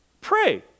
Pray